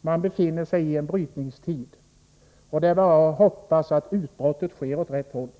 Man befinner sig i en brytningstid, och det är bara att hoppas att utbrottet sker åt rätt håll.